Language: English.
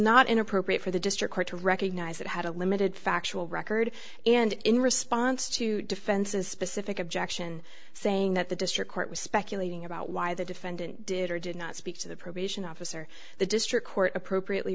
not inappropriate for the district court to recognize that had a limited factual record and in response to defenses specific objection saying that the district court was speculating about why the defendant did or did not speak to the probation officer the district court appropriately